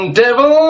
devil